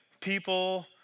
People